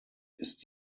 ist